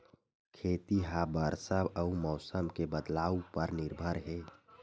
खेती हा बरसा अउ मौसम के बदलाव उपर निर्भर हे